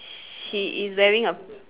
she is wearing a